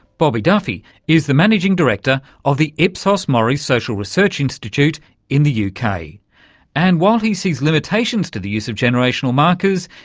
bobby duffy is the managing director of the ipsos mori social research institute in the uk, kind of and while he sees limitations to the use of generational markers,